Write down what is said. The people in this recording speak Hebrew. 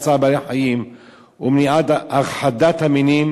צער בעלי-חיים הוא מניעת הכחדת המינים